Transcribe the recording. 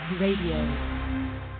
Radio